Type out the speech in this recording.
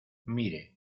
mire